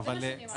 זה מה שאני אמרתי.